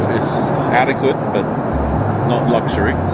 adequate, but not luxury.